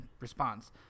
response